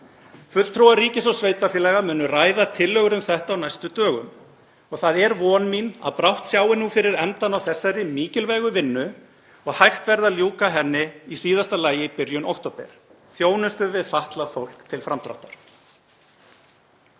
Fulltrúar ríkis og sveitarfélaga munu ræða tillögur um þetta á næstu dögum og það er von mín að brátt sjái fyrir endann á þessari mikilvægu vinnu og hægt verði að ljúka henni í síðasta lagi í byrjun október, þjónustu við fatlað fólk til framdráttar.